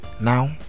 Now